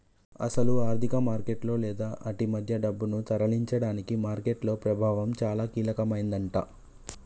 అసలు ఆర్థిక మార్కెట్లలో లేదా ఆటి మధ్య డబ్బును తరలించడానికి మార్కెట్ ప్రభావం చాలా కీలకమైందట